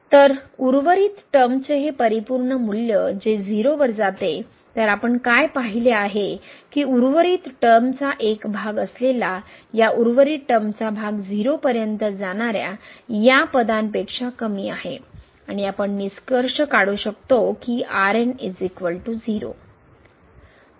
तर उर्वरित टर्मचे हे परिपूर्ण मूल्य जे 0 वर जाते तर आपण काय पाहिले आहे की उर्वरित टर्मचा एक भाग असलेला या उर्वरित टर्मचा भाग 0 पर्यंत जाणाऱ्या या पदांपेक्षा कमी आहे आणि आपण निष्कर्ष काढू शकतो की